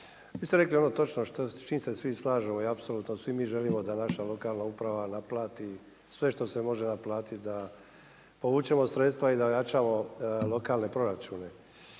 vi ste rekli ono točno s čim se svi slažemo i apsolutno svi mi želimo da naša lokalna uprava naplati sve što se može naplatiti da povučemo sredstva i da jačamo lokalne proračune.